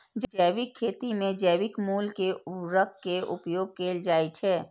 जैविक खेती मे जैविक मूल के उर्वरक के उपयोग कैल जाइ छै